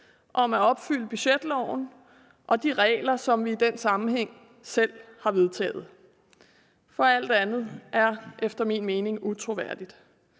om at opfylde budgetloven og de regler, som vi i den sammenhæng selv har vedtaget. Og alt andet er efter min mening utroværdigt.